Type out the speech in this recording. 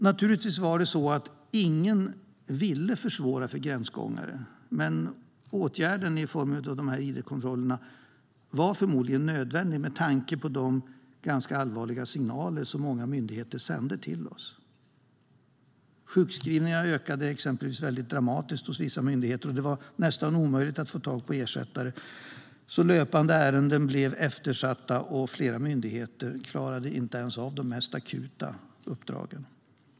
Naturligtvis var det ingen som ville försvåra för gränsgångare, men åtgärden i form av id-kontrollerna var förmodligen nödvändig med tanke på de ganska allvarliga signaler som många myndigheter sände till oss. Sjukskrivningarna ökade exempelvis dramatiskt hos vissa myndigheter, och det var nästan omöjligt att få tag på ersättare. Löpande ärenden blev eftersatta, och flera myndigheter klarade inte ens av de mest akuta uppdragen.